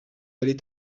allez